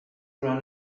around